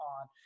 on